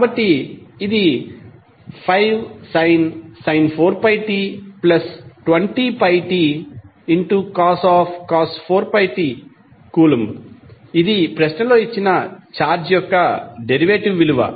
కాబట్టి ఇది 5sin 4πt 20πtcos 4πt coulomb ఇది ప్రశ్నలో ఇచ్చిన ఛార్జ్ యొక్క డెరివేటివ్ విలువ